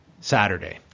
saturday